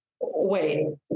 Wait